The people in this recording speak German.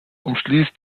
umschließt